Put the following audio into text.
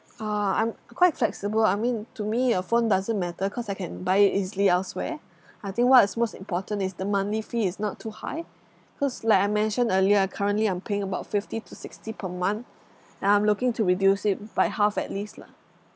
uh I'm I'm quite flexible I mean to me a phone doesn't matter cause I can buy it easily elsewhere I think what is most important is the monthly fee is not too high cause like I mentioned earlier I currently I'm paying about fifty to sixty per month and I'm looking to reduce it by half at least lah